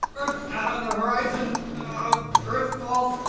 earth's not on the horizon, uh earth falls.